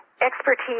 expertise